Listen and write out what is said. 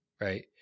right